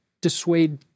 dissuade